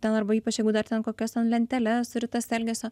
ten arba ypač jeigu dar ten kokias lenteles turi tas elgesio